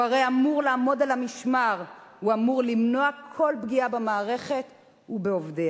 הוא הרי אמור לעמוד על המשמר ולמנוע כל פגיעה במערכת ובעובדיה.